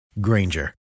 Granger